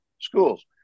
schools